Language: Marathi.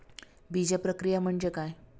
बीजप्रक्रिया म्हणजे काय?